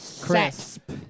Crisp